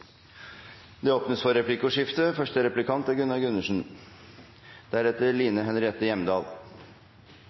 Det åpnes for replikkordskifte. Det er